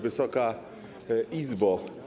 Wysoka Izbo!